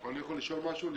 אני יכול לשאול משהו לפני?